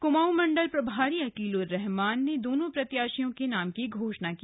कुमाऊं मंडल प्रभारी अकीलुर रहमान ने दोनों प्रत्याशियों की घोषणा की